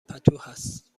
پتوهست